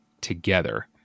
together